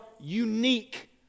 unique